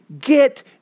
get